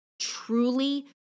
truly